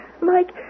Mike